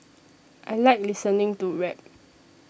I like listening to rap